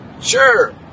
Sure